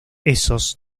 esos